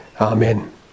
Amen